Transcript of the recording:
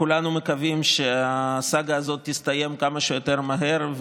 כולנו מקווים שהסאגה הזאת תסתיים כמה שיותר מהר.